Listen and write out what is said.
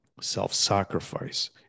Self-sacrifice